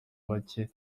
bake